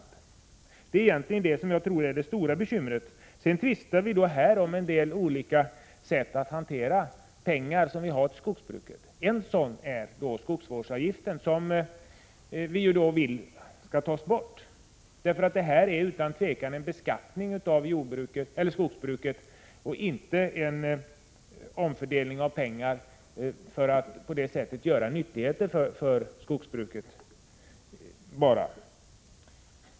15 maj 1987 Det är egentligen detta som jag tror är det stora bekymret. Sedan tvistar vi då här om olika sätt att hantera pengar som vi har till skogsbruket. En sådan sak är skogsvårdsavgiften, som vi i centern vill skall tas bort, för den avgiften är en beskattning av skogsbruket och inte bara en omfördelning av pengar för att skapa nyttigheter för skogsbruket.